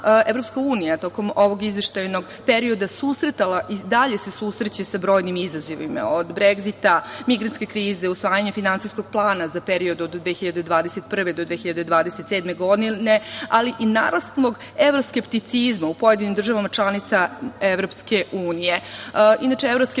se i sama EU tokom ovog izveštajnog perioda susretala i dalje se susreće sa brojim izazovima, od Bregzita, migrantske krize, usvajanje Finansijskog plana za period od 2021-2027. godine, ali i naglaskom evroskepticima u pojedinim državama članica EU.Inače,